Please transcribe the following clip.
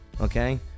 okay